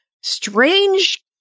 strange